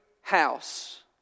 house